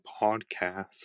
podcast